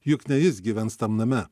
juk ne jis gyvens tam name